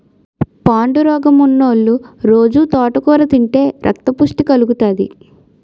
పాండురోగమున్నోలు రొజూ తోటకూర తింతే రక్తపుష్టి కలుగుతాది